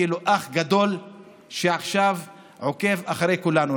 כאילו אח גדול שעכשיו עוקב אחרי כולנו.